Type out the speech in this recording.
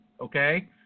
okay